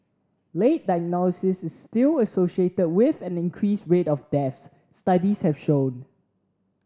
late diagnosis is still associated with an increased rate of deaths studies have shown